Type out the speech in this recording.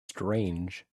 strange